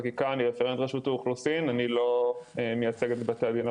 ובכל מקרה היא לא תישאר בלי מענה.